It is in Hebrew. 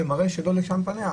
זה מראה שלא לשם פניה.